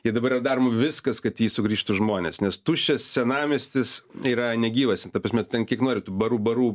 ir dabar yra daroma viskas kad į jį sugrįžtų žmonės nes tuščias senamiestis yra negyvas ten ta prasme ten kiek nori tų barų barų